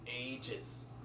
ages